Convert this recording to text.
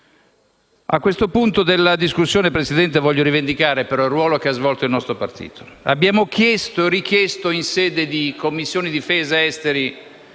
A questo punto della discussione, signor Presidente, voglio rivendicare però il ruolo che ha svolto il nostro partito. Abbiamo chiesto e richiesto in sede di Commissioni affari esteri